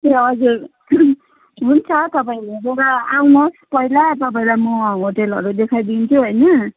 ए हजुर हुन्छ तपाईँले हेरेर आउनुहोस् पहिला तपाईँलाई म होटेलहरू देखाइदिन्छु हैन